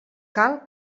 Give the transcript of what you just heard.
cal